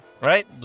right